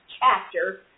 chapter